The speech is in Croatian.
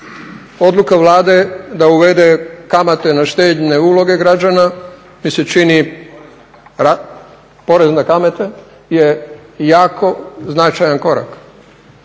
Odluka Vlade da uvede kamate na štedne uloge građana mi se čini, porez na kamate je jako značajan korak.